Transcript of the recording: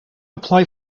apply